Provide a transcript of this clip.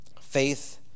faith